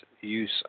use